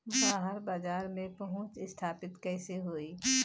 बाहर बाजार में पहुंच स्थापित कैसे होई?